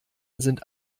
sind